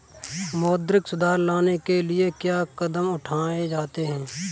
मौद्रिक सुधार लाने के लिए क्या कदम उठाए जाते हैं